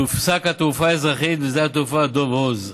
תופסק התעופה האזרחית בשדה התעופה דב הוז.